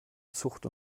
zucht